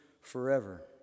forever